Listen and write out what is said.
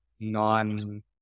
non